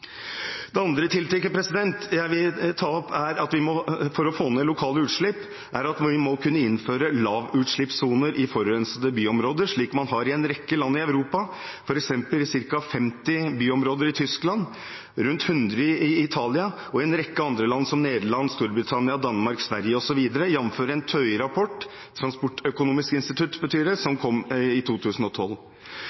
Det andre tiltaket jeg vil ta opp for å få ned lokale utslipp, er at vi må kunne innføre lavutslippssoner i forurensede byområder, som man har gjort i en rekke land i Europa, f.eks. i ca. 50 byområder i Tyskland, rundt 100 i Italia og i en rekke andre land, som Nederland, Storbritannia, Danmark, Sverige osv., jf. en rapport fra Transportøkonomisk institutt